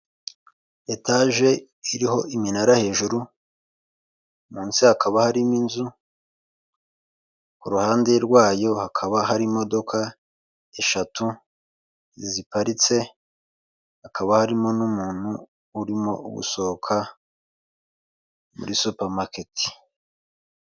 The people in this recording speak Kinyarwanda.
Itangazo ryo kwamamariza ikigo gikoresha serivisi kuri murandasi kizwi nk'irembo iryo tangazo rivuga ko bafunguye uburyo bushyashya aho bakwishyura serivisi zo muri laboratwari bifashisha mu ibirembo, umunsi hari uburyo wabona aho wabashaka guhamagara kuri mirongo ikenda icyenda n'ikenda